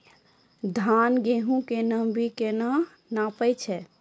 धान, गेहूँ के नमी केना नापै छै?